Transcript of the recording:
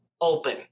open